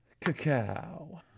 Cacao